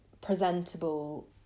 presentable